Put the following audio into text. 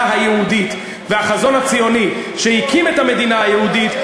היהודית והחזון הציוני שהקים את המדינה היהודית,